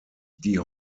die